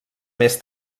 més